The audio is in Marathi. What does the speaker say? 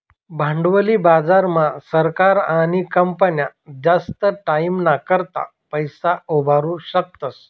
भांडवली बाजार मा सरकार आणि कंपन्या जास्त टाईमना करता पैसा उभारु शकतस